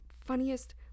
funniest